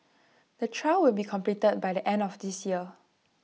the trial will be completed by the end of this year